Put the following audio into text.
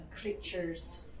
creatures